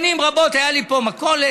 שנים רבות הייתה לי פה מכולת.